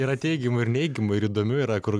yra teigiamų ir neigiamų ir įdomių yra kur